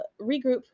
regroup